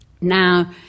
Now